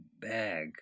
bag